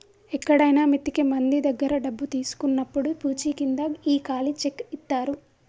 ఎక్కడైనా మిత్తికి మంది దగ్గర డబ్బు తీసుకున్నప్పుడు పూచీకింద ఈ ఖాళీ చెక్ ఇత్తారు